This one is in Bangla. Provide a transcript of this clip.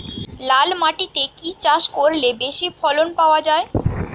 লাল মাটিতে কি কি চাষ করলে বেশি ফলন পাওয়া যায়?